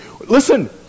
Listen